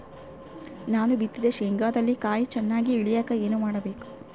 ನಾನು ಬಿತ್ತಿದ ಶೇಂಗಾದಲ್ಲಿ ಕಾಯಿ ಚನ್ನಾಗಿ ಇಳಿಯಕ ಏನು ಮಾಡಬೇಕು?